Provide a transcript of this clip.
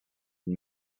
and